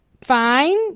fine